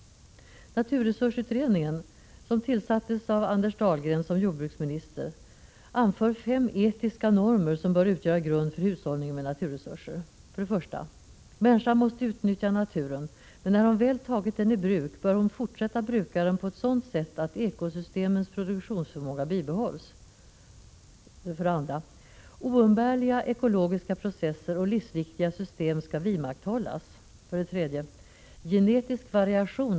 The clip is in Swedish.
Naturresursutredningen, som tillsattes av Anders Dahlgren som jordbruksminister, anför fem etiska normer som bör utgöra grund för hushållningen med naturresurser: 1. Människan måste utnyttja naturen, men när hon väl tagit den i bruk bör hon fortsätta att bruka den på ett sådant sätt att ekosystemens produktionsförmåga bibehålls 2. Oumbärliga ekologiska processer och livsviktiga system skall vidmakthållas 4.